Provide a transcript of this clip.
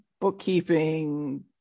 bookkeeping